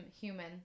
human